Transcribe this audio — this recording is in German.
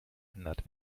ändert